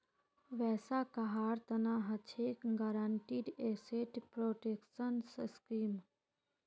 वैसा कहार तना हछेक गारंटीड एसेट प्रोटेक्शन स्कीम